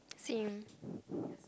same